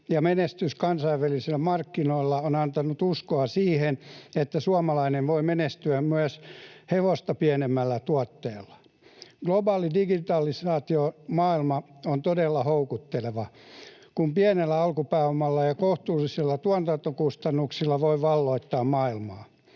menestys kansainvälisillä markkinoilla on antanut uskoa siihen, että suomalainen voi menestyä myös hevosta pienemmällä tuotteella. Globaali digitalisaatiomaailma on todella houkutteleva, kun pienellä alkupääomalla ja kohtuullisilla tuotantokustannuksilla voi valloittaa maailmaa.